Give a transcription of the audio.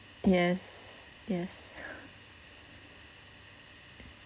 yes yes